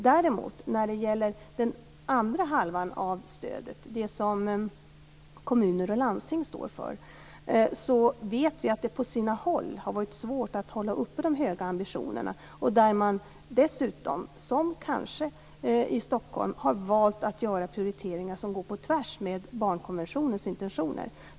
När det däremot gäller den andra halvan av stödet, det som kommuner och landsting står för, vet vi att det på sina håll har varit svårt att hålla uppe de höga ambitionerna. Man har dessutom, som kanske i Stockholm, valt att göra prioriteringar som går på tvärs med barnkonventionens intentioner.